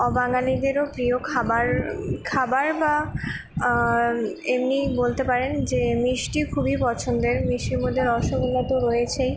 অবাঙালিদেরও প্রিয় খাবার খাবার বা এমনিই বলতে পারেন যে মিষ্টি খুবই পছন্দের মিষ্টির মধ্যে রসগোল্লা তো রয়েছেই